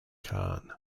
khan